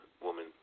woman